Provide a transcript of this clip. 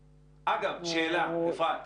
אגב, שאלה, אפרת.